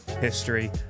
history